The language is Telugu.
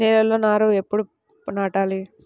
నేలలో నారు ఎప్పుడు నాటాలి?